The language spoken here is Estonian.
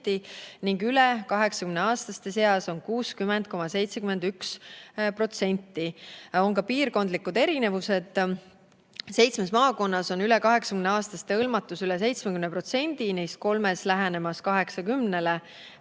ning üle 80-aastaste seas 60,71%. On ka piirkondlikke erinevusi. Seitsmes maakonnas on üle 80-aastaste hõlmatus üle 70%, neist kolmes on see lähenemas 80%-le,